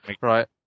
Right